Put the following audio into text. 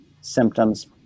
symptoms